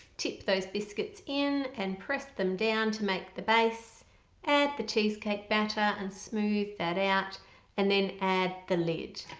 tip those biscuits in and press them down to make the base add the cheesecake batter and smooth that out and then add the lid.